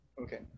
Okay